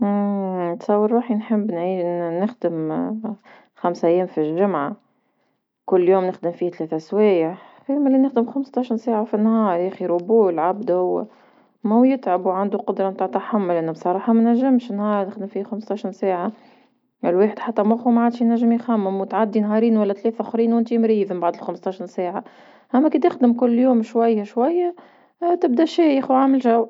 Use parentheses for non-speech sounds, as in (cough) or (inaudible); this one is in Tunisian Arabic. نتصور روحي نخدم ن- نخدم (hesitation) خمس أيام في الجمعة، كل يوم نخدم فيه ثلاثة سوايع، خير ملي نخدم خمسة عشر ساعة في النهار، يا أخي روبو لعبدو هوا؟ ما هو يتعب وعنده قدرة متاع تحمل انا بصراحة ما نجمش نهار نخدم في خمسة عشر ساعة، الواحد حتى مخو ما عادش ينجم يخمم وتعدي نهارين ولا ثلاثة خرين ونتي مريض بعد خمسة عشر ساعة، أما كي تخدم كل يوم شوية شوية (hesitation) تبدا شايخ وعامل جو.